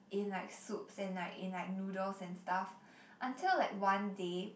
in like soups and like in like noodles and stuff until like one day